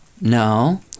No